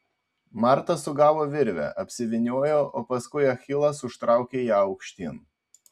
marta sugavo virvę apsivyniojo o paskui achilas užtraukė ją aukštyn